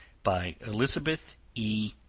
by elizabeth e.